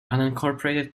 unincorporated